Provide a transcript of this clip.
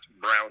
brown